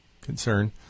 concern